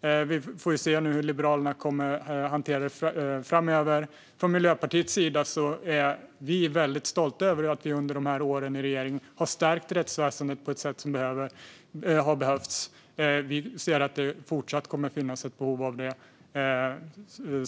och vi får se hur Liberalerna kommer att hantera det framöver. Från Miljöpartiets sida är vi väldigt stolta över att vi under de här åren i regering har stärkt rättsväsendet på ett sätt som har behövts. Vi ser att det även fortsatt kommer att finnas ett behov av det.